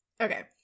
Okay